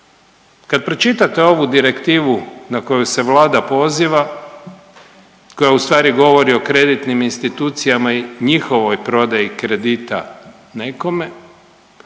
Kad pročitate ovu direktivu na koju se Vlada poziva koja ustvari govori o kreditnim institucijama i njihovoj prodaji kredita nekome,